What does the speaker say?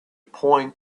point